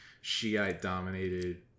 Shiite-dominated